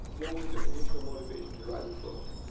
what was your initial motivation to write the book?